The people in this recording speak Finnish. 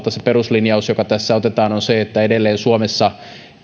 peruslinjaus joka tässä otetaan on se että edelleen suomessa